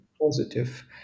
positive